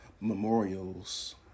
memorials